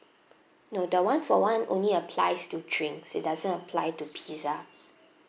no the one for one only applies to drinks it doesn't apply to pizzas